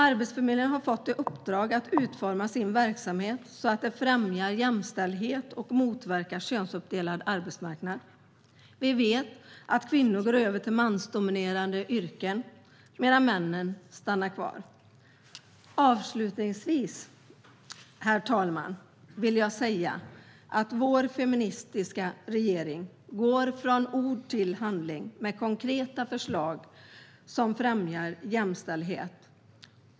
Arbetsförmedlingen har fått i uppdrag att utforma sin verksamhet så att den främjar jämställdhet och motverkar könsuppdelad arbetsmarknad. Vi vet att kvinnor går över till mansdominerade yrken medan männen stannar kvar. Herr talman! Vår feministiska regering går från ord till handling med konkreta förslag som främjar jämställdhet.